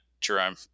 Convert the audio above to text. Jerome